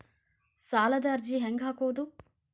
ಸಾಲದ ಅರ್ಜಿ ಹೆಂಗ್ ಹಾಕುವುದು?